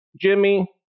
Jimmy